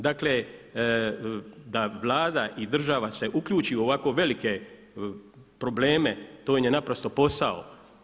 Dakle da Vlada i država se uključi u ovako velike probleme to im je naprosto posao.